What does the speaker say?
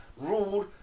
ruled